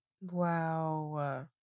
wow